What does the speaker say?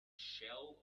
shell